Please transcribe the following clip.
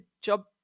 job